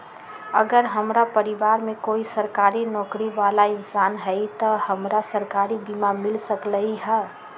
अगर हमरा परिवार में कोई सरकारी नौकरी बाला इंसान हई त हमरा सरकारी बीमा मिल सकलई ह?